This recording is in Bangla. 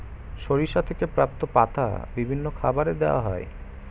সরিষা থেকে প্রাপ্ত পাতা বিভিন্ন খাবারে দেওয়া হয়